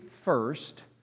First